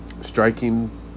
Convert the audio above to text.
striking